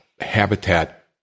habitat